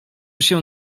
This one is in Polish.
się